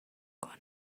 کنم